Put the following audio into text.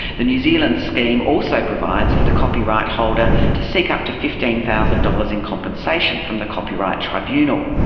the new zealand scheme also provides for the copyright holder to seek up to fifteen thousand dollars in compensation from the copyright tribunal.